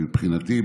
מבחינתי,